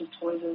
toys